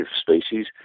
species